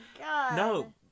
No